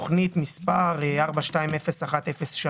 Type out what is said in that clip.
תוכנית מספר 42-01-03: